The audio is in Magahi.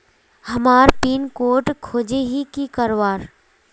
हमार पिन कोड खोजोही की करवार?